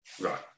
Right